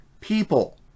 people